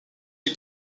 lie